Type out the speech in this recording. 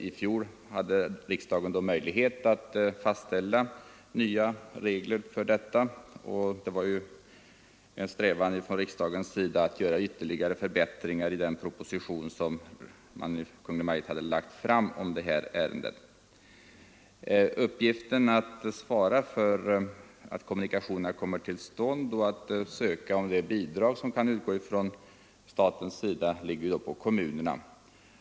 I fjol hade riksdagen möjlighet att fastställa nya regler på området, och det var en strävan från riksdagens sida att göra ytterligare förbättringar i den proposition som Kungl. Maj:t hade lagt fram i ärendet. Uppgiften att svara för att kommunikationerna kommer till stånd och att ansöka om de bidrag som kan utgå från staten ligger på kommunerna.